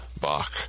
Bach